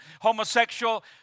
homosexual